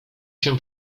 się